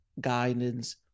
guidance